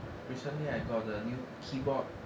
recently I got a new keyboard